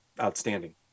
outstanding